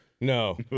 No